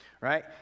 Right